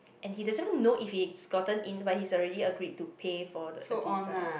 and he doesn't know if he gotten in but he already agree to pay the for a design